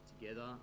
together